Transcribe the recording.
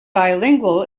bilingual